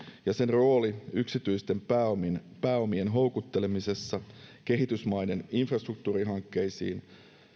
ja sen rooli yksityisten pääomien pääomien houkuttelemisessa kehitysmaiden infrastruktuurihankkeisiin